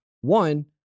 one